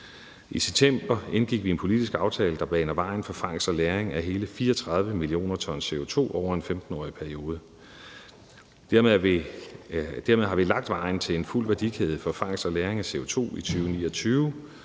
I september indgik vi en politisk aftale, der baner vejen for fangst og lagring af hele 34 mio. t CO2 over en 15-årig periode. Dermed har vi lagt vejen til en fuld værdikæde for fangst og lagring af CO2 i 2029.